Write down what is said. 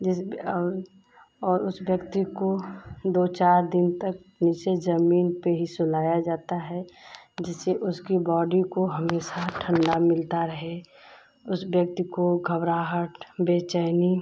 जैसे कि और और उस व्यक्ति को दो चार दिन तक नीचे ज़मीन पर ही सुलाया जाता है जिससे उसकी बॉडी को हमेशा ठंडा मिलता रहे उस व्यक्ति को घबराहट बेचैनी